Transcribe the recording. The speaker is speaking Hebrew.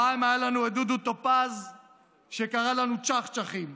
פעם היה לנו דודו טופז שקרא לנו צ'חצ'חים,